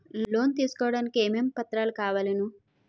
Loan తీసుకోడానికి ఏమేం పత్రాలు కావలెను?